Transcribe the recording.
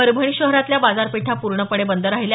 परभणी शहरातल्या बाजारपेठा पूर्णपणे बंद राहिल्या